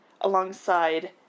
alongside